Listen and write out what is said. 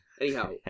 Anyhow